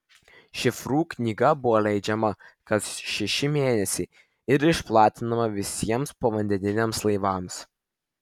šifrų knyga buvo leidžiama kas šeši mėnesiai ir išplatinama visiems povandeniniams laivams